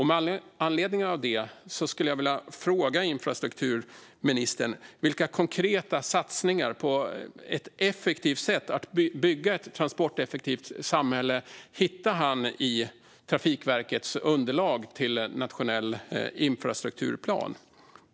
Med anledning av det vill jag fråga infrastrukturministern vilka konkreta satsningar på ett effektivt sätt att bygga ett transporteffektivt samhälle han hittar i Trafikverkets underlag till nationell infrastrukturplan.